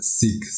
six